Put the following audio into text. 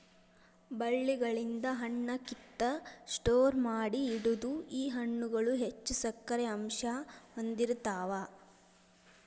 ಬಳ್ಳಿಗಳಿಂದ ಹಣ್ಣ ಕಿತ್ತ ಸ್ಟೋರ ಮಾಡಿ ಇಡುದು ಈ ಹಣ್ಣುಗಳು ಹೆಚ್ಚು ಸಕ್ಕರೆ ಅಂಶಾ ಹೊಂದಿರತಾವ